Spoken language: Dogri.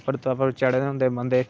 डबल चढे़ दे होंदे बंदे